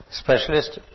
specialist